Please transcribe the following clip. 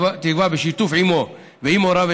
בשיתוף עימו ועם הוריו,